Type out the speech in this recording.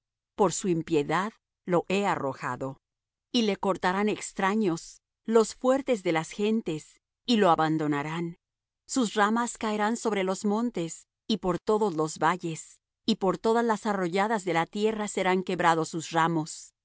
por su impiedad lo he arrojado y le cortarán extraños los fuertes de las gentes y lo abandonarán sus ramas caerán sobre los montes y por todos los valles y por todas las arroyadas de la tierra serán quebrados sus ramos